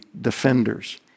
defenders